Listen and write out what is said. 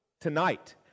tonight